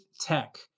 tech